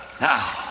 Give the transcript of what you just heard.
Now